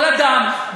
כל אדם,